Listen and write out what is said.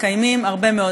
מקיימים הרבה מאוד.